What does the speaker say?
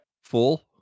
Full